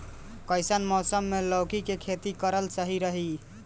कइसन मौसम मे लौकी के खेती करल सही रही?